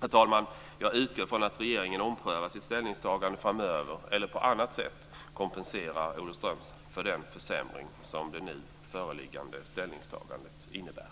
Herr talman! Jag utgår ifrån att regeringen omprövar sitt ställningstagande framöver eller på annat sätt kompenserar Olofström för den försämring som det nu föreliggande ställningstagandet innebär.